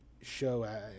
show